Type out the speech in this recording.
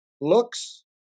looks